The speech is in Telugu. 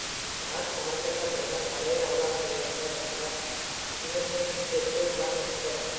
స్టాక్ మార్కెట్లపైన సరైన అవగాహన లేకుండా గనక ఇన్వెస్ట్మెంట్ చేస్తే చానా నష్టపోతాం